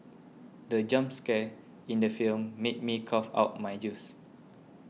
the jump scare in the film made me cough out my juice